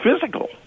physical